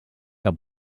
que